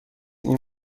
این